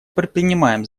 предпринимаем